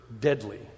deadly